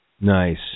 Nice